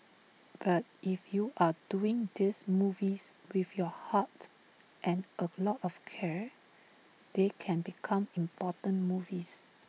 but if you're doing these movies with your heart and A lot of care they can become important movies